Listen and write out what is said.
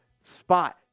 spot